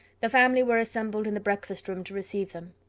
the family were assembled in the breakfast room to receive them.